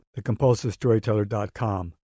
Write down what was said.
TheCompulsiveStoryteller.com